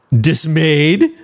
dismayed